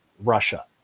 Russia